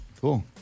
Cool